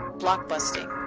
blockbusting.